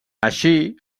així